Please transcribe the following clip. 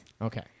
Okay